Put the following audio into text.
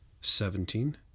Seventeen